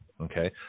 Okay